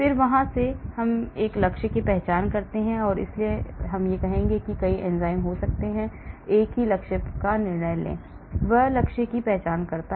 फिर वहां से मैं एक लक्ष्य की पहचान करता हूं इसलिए मैं कहूंगा कि कई एंजाइम हो सकते हैं एक ही लक्ष्य पर निर्णय ले वह है लक्ष्य की पहचान करना